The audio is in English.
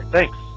Thanks